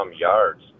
yards